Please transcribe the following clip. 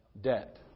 Debt